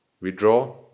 withdraw